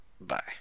Bye